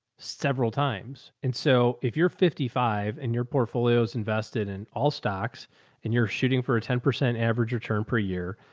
several times. and so if you're fifty five and your portfolio is invested in all stocks and you're shooting for a ten percent average return per year,